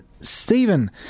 Stephen